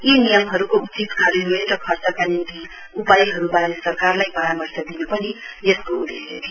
यी नियमहरूको उचित कार्यान्वयन र खर्चका निम्ति उपायहरूबारे सरकारलाई परामर्श दिन् पनि यसको उदेश्य थियो